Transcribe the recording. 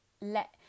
let